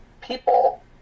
people